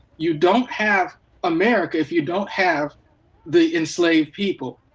you don't have america if you don't have the enslaved people.